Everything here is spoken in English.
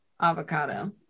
avocado